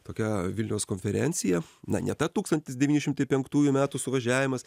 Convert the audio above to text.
tokia vilniaus konferencija na ne ta tūkstantis devyni šimtai penktųjų metų suvažiavimas